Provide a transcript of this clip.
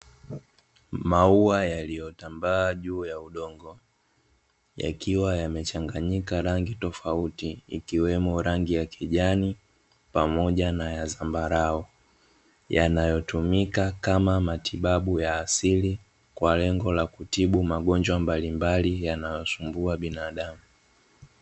Maua yaliyotambaa juu ya udongo, ya kiwa yamechanganyika rangi tofauti ikiwemo, rangi ya kijani pamoja na ya zambarau. Yanayotumika kama matibabu ya asili, kwa lengo la kutibu magonjwa mbalimbali, yanayosumbua binadamu.